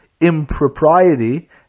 impropriety